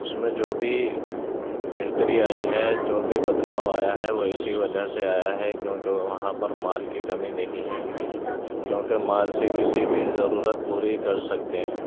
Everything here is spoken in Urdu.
اس میں جو بھی بہتری آئی ہے جو بھی بدلاؤ آیا ہے وہ اسی وجہ سے آیا ہے کیونکہ وہاں پر مال کی کمی نہیں ہے کیونکہ مال سے کسی بھی ضرورت پوری کر سکتے ہیں